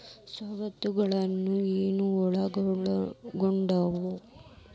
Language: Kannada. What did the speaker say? ಸ್ವತ್ತುಗಲೊಳಗ ಏನು ಒಳಗೊಂಡಾವ?